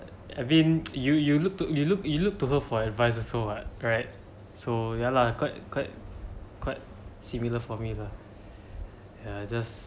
I mean you you look you look you look to her for advise also what right so ya lah quite quite quite similar for me lah yeah just